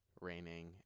Raining